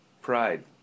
Pride